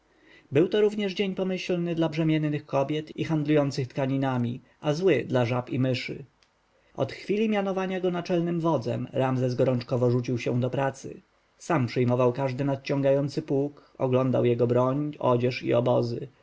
to również dzień pomyślny dla brzemiennych kobiet i handlujących tkaninami a zły dla żab i myszy od chwili mianowania go naczelnym wodzem ramzes gorączkowo rzucił się do pracy sam przyjmował każdy nadciągający pułk oglądał jego broń odzież i obozy